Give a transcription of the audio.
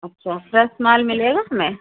अच्छा फ्रेस माल मिलेगा हमें